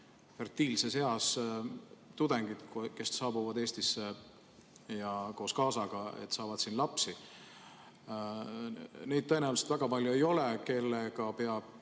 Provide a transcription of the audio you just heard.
fertiilses eas tudengid, kes saabuvad Eestisse, ja koos kaasaga, saavad siin lapsi. Neid tõenäoliselt väga palju ei ole, kellega peab